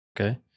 Okay